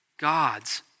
God's